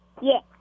Yes